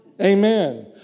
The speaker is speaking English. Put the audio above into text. Amen